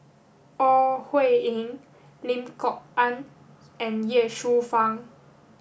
Ore Huiying Lim Kok Ann and Ye Shufang